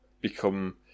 become